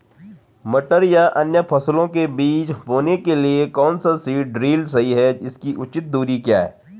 मटर या अन्य फसलों के बीज बोने के लिए कौन सा सीड ड्रील सही है इसकी उचित दूरी क्या है?